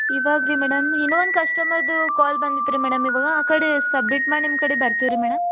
ಇವಾಗ್ರಿ madam ಇನ್ನೊಂದು ಕಸ್ಟಮರ್ದು call ಬಂದಿತ್ತು ರೀ ಮೇಡಮ್ ಇವಾಗ ಆ ಕಡೆ ಸಬ್ಮಿಟ್ ಮಾಡಿ ನಿಮ್ಮ ಕಡೆ ಬರ್ತೀವಿ ರೀ ಮೇಡಮ್